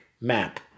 map